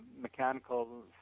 mechanical